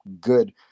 good